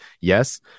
yes